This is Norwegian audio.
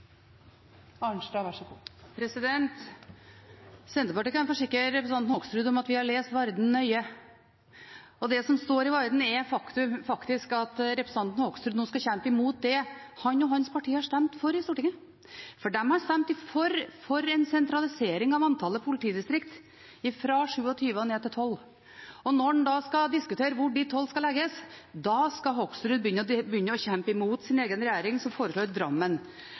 Hoksrud nå skal kjempe imot det han og hans parti har stemt for i Stortinget. De har stemt for en sentralisering av politidistrikt, og antallet skal ned fra 27 til 12. Og når man skal diskutere hvor de 12 skal legges, da skal Hoksrud begynne å kjempe imot sin regjering, som foreslår Drammen.